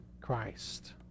Christ